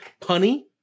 punny